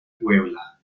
puebla